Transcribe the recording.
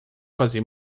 fazer